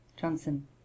Johnson